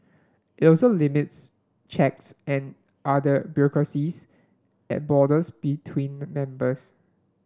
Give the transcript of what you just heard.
it also limits checks and other bureaucracies at borders between the members